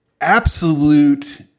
absolute